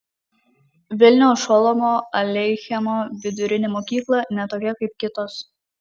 vilniaus šolomo aleichemo vidurinė mokykla ne tokia kaip kitos